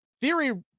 theory